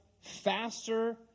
faster